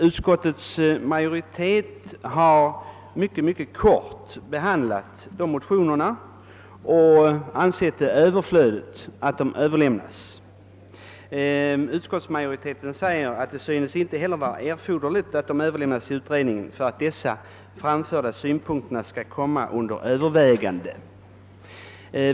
Utskottet har emellertid funnit detta överflödigt och har behandlat motionerna mycket kortfattat. Det heter i utskottsutlåtandet att det synes »inte heller vara erforderligt att motionerna 1:547 och II: 639 överlämnas till utredningen för att dessa framförda synpunkter skall komma under övervägande».